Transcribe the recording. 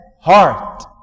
heart